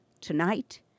tonight